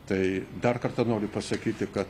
tai dar kartą noriu pasakyti kad